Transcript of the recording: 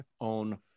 own